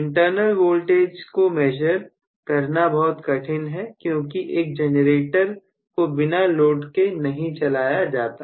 internal voltage को measure करना बहुत कठिन है क्योंकि एक जनरेटर को बिना लोड के नहीं चलाया जाता